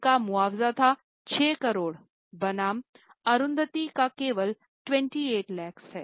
उनका मुआवजा था 6 करोड़ बनाम अरुंधति का केवल 28 लाख है